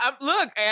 Look